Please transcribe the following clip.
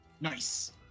Nice